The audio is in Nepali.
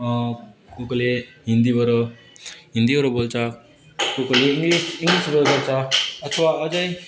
कल कसले हिन्दीहरू हिन्दीहरू बोल्छ कस कसले इङ्लिस इङ्लिसहरू बोल्छ अथवा अझै